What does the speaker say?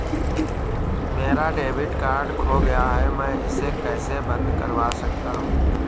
मेरा debit card खो गया है मैं इसे कैसे बंद करवा सकता हूँ?